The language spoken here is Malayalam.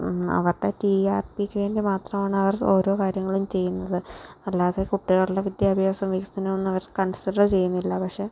അവരുടെ ടി ആർ പിക്ക് വേണ്ടി മാത്രമാണ് അവർ ഓരോ കാര്യങ്ങളും ചെയ്യുന്നത് അല്ലാതെ കുട്ടികളുടെ വിദ്യാഭ്യാസവും വികസനവും ഒന്നും അവര് കൺസിഡർ ചെയ്യുന്നില്ല പക്ഷേ